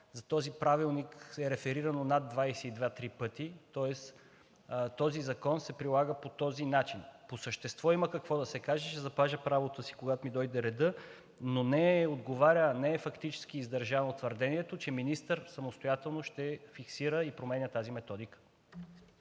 за този правилник е реферирано над 22 – 23 пъти, тоест този закон се прилага по този начин. По същество има какво да се каже. Ще запазя правото си, когато ми дойде редът, но не отговаря, не е фактически издържано твърдението, че министър самостоятелно ще фиксира и променя тази методика.